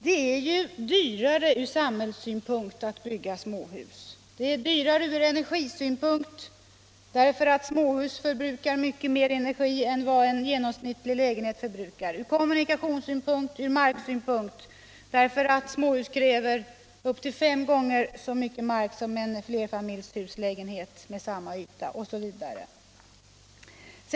Det är ju dyrare ur samhällssynpunkt att bygga småhus. Det är dyrare ur energisynpunkt därför att småhus förbrukar mycket mer energi än en genomsnittlig lägenhet förbrukar. Det är också dyrare ur kommunikationssynpunkt och ur marksynpunkt — småhus kräver upp till fem gånger så mycket mark som en flerfamiljslägenhet med samma yta osv.